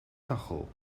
kachel